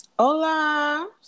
Hola